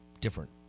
Different